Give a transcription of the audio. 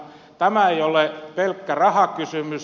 tämä ei ole pelkkä rahakysymys